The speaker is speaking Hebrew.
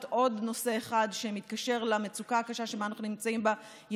עוד נושא אחד שמתקשר למצוקה הקשה שאנחנו נמצאים בה,